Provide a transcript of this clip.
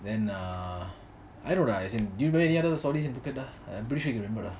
then err I don't know as in you do you have any other stories in phuket ah I'm pretty sure you remember lah